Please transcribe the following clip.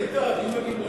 איתן, אם הגמלאי שילם,